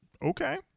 Okay